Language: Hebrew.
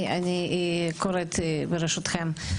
אני קוראת ברשותכם,